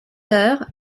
heures